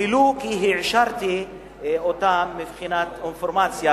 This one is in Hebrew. ולו כי העשרתי אותם מבחינת אינפורמציה